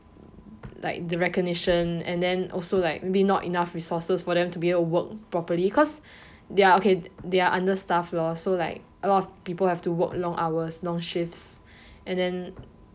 like the recognition and then also like maybe not enough resources for them to be able to work properly cause they are okay they are understaffed lor so like a lot of people have to work long hours long shifts and then